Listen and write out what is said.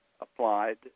applied